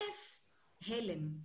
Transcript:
ראשית, הלם.